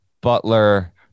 Butler